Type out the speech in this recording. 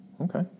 Okay